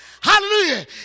Hallelujah